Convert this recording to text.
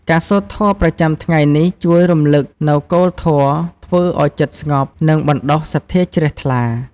ការសូត្រធម៌ប្រចាំថ្ងៃនេះជួយរំឭកនូវគោលធម៌ ធ្វើឱ្យចិត្តស្ងប់ និងបណ្ដុះសទ្ធាជ្រះថ្លា។